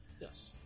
Yes